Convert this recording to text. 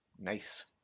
nice